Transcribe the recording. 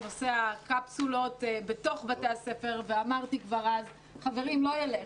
בנושא הקפסולות בתוך בתי הספר ואמרתי כבר אז שזה לא ילך.